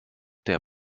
der